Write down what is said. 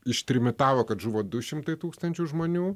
ištrimitavo kad žuvo du šimtai tūkstančių žmonių